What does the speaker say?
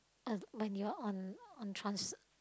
uh when you are on on trans~